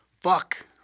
Fuck